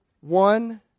One